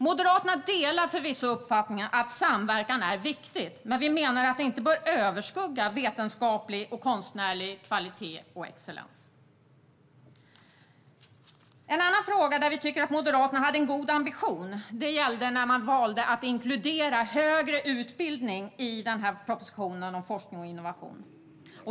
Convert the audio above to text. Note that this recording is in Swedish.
Moderaterna delar förvisso uppfattningen att samverkan är viktigt, men vi menar att den inte bör överskugga vetenskaplig och konstnärlig kvalitet och excellens. En annan fråga där vi moderater tycker att regeringen hade en god ambition gäller den då man valde att inkludera högre utbildning i propositionen om forskning och innovation.